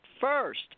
first